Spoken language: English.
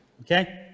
Okay